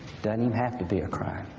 doesn't have to be a crime.